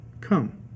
come